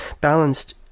balanced